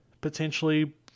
potentially